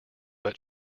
but